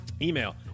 Email